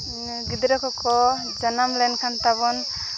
ᱜᱤᱫᱽᱨᱟᱹ ᱠᱚᱠᱚ ᱡᱟᱱᱟᱢ ᱞᱮᱱᱠᱷᱟᱱ ᱛᱟᱵᱚᱱ